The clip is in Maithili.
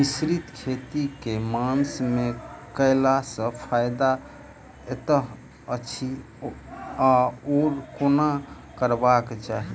मिश्रित खेती केँ मास मे कैला सँ फायदा हएत अछि आओर केना करबाक चाहि?